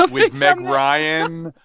but with meg ryan.